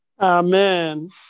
Amen